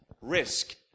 risk